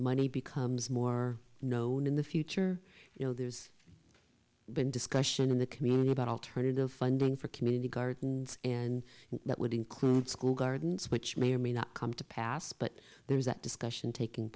money becomes more known in the future you know there's been discussion in the community about alternative funding for community gardens and that would include school gardens which may or may not come to pass but there is that discussion taking